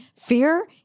fear